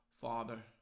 Father